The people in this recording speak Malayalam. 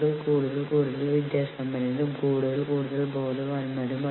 ഗുരുതരമായ പ്രത്യാഘാതങ്ങൾ ഉണ്ട് എന്നാണ് ഭയപ്പെടുത്തുക എന്നത് അർത്ഥമാക്കുന്നത്